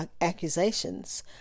accusations